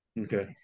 okay